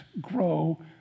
Grow